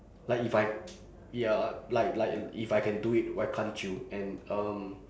like if I ya like like if I can do it why can't you and um